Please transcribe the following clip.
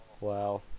wow